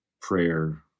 prayer